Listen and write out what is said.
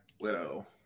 Widow